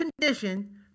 condition